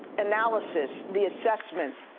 analysis, the assessment,